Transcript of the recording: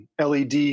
LED